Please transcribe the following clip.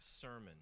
sermon